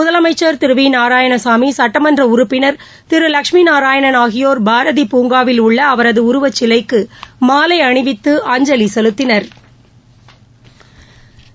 முதலமைச்சள் திரு வி நாராயணசாமி சட்டமன்ற உறுப்பினா் திரு லஷ்மி நாராயணன் ஆகியோா் பாரதி பூங்காவில் உள்ள அவரது உருவச்சலைக்கு மாலை அணிவித்து அஞ்சலி செலுத்தினா்